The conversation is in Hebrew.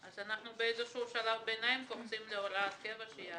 אנחנו באיזשהו שלב ביניים קופצים להוראת קבע.